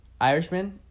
Irishman